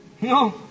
No